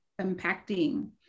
impacting